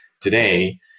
today